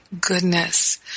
goodness